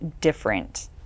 different